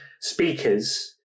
speakers